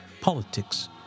politics